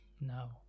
no